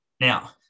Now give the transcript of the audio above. Now